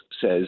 says